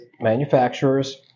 manufacturers